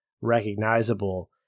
recognizable